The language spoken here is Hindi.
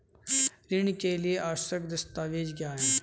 ऋण के लिए आवश्यक दस्तावेज क्या हैं?